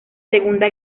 segunda